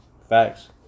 Facts